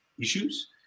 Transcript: issues